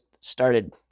started